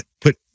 put